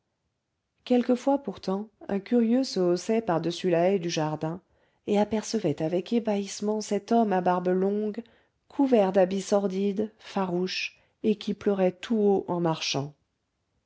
quelquefois pourtant un curieux se haussait par-dessus la haie du jardin et apercevait avec ébahissement cet homme à barbe longue couvert d'habits sordides farouche et qui pleurait tout haut en marchant